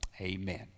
Amen